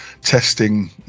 testing